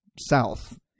south